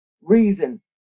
reason